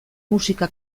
musika